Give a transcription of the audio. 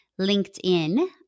LinkedIn